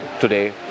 today